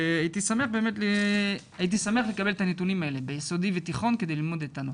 הייתי שמח לקבל את הנתונים האלה ביסודי ותיכון כדי ללמוד את הנושא.